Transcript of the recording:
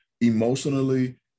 emotionally